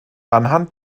anhand